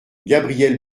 gabriel